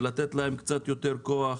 לתת להם קצת יותר כוח,